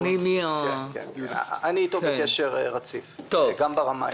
אני איתו בקשר רציף, גם ברמה האישית.